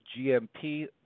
GMP